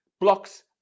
blocks